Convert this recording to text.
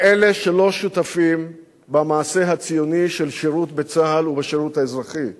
לאלה שלא שותפים במעשה הציוני של שירות בצה"ל ובשירות האזרחי,